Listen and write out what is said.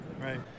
Right